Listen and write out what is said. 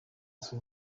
uzwi